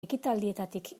ekitaldietatik